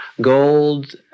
gold